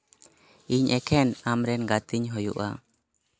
ᱤᱧ ᱮᱠᱷᱮᱱ ᱟᱢᱨᱮᱱ ᱜᱟᱛᱮᱧ ᱦᱩᱭᱩᱜᱼᱟ